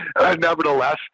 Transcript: nevertheless